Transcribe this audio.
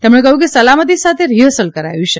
તેમણે કહ્યું કે સલામતી સાથે રીહર્સલ કરાયું છે